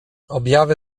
objawy